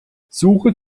suche